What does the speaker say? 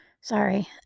Sorry